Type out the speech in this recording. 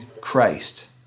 Christ